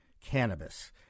cannabis